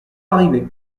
arrivé